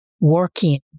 working